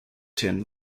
tin